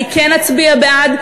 אני אצביע בעד,